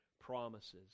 promises